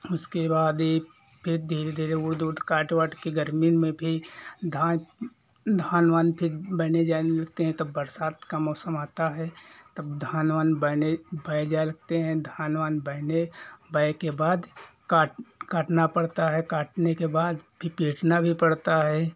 उसके बाद एक फिर धीरे धीरे उर्द वुर्द काट वाट के गर्मी में फिर धान धान वान फिर बैने जाने लगते हैं तब बरसात का मौसम आता है तब धान वान बैने बै जाए लगते हैं धान वान बैने बै के बाद काट काटना पड़ता है काटने के बाद फिर पीटना भी पड़ता है